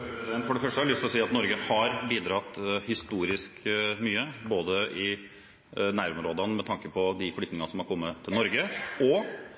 For det første har jeg lyst til å si at Norge har bidratt historisk mye, både i nærområdene med tanke på de flyktningene som har kommet til Norge, og